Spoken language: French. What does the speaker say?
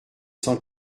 cent